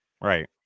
Right